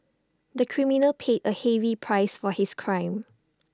the criminal paid A heavy price for his crime